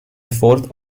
fourth